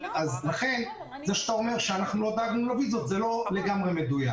לכן זה שאתה אומר שאנחנו לא דאגנו לוויזות זה לא לגמרי מדויק.